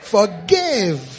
Forgive